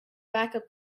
backup